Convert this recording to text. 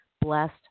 blessed